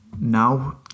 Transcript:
now